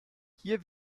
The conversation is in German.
hier